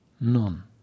None